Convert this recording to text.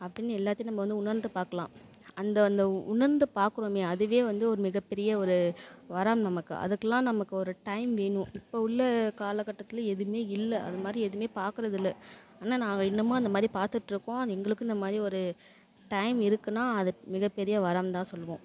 அப்படின்னு எல்லாத்தையும் நம்ம வந்து உணர்ந்து பார்க்கலாம் அந்த அந்த உணர்ந்து பார்க்குறோமே அதுவே வந்து ஒரு மிகப்பெரிய ஒரு வரம் நமக்கு அதுக்கெலாம் நமக்கு ஒரு டைம் வேணும் இப்போ உள்ள காலக்கட்டத்தில் எதுவுமே இல்லை அது மாதிரி எதுவுமே பார்க்குறதில்ல ஆனால் நாங்கள் இன்னமும் அந்த மாதிரி பார்த்துட்ருக்கோம் அது எங்களுக்கும் இந்த மாதிரி ஒரு டைம் இருக்குதுன்னா அது மிகப்பெரிய வரம் தான் சொல்லுவோம்